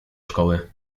szkoły